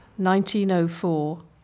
1904